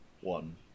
one